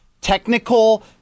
technical